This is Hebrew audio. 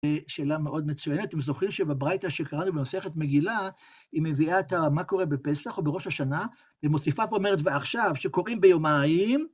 שאלה מאוד מצוינת, אם זוכרים שבברייתא שקראנו בנוסחת מגילה, היא מביאה את מה קורה בפסח או בראש השנה, ומוסיפה ואומרת, ועכשיו, שקוראים ביומיים,